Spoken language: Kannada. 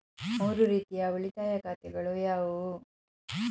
ಮೂರು ರೀತಿಯ ಉಳಿತಾಯ ಖಾತೆಗಳು ಯಾವುವು?